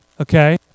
okay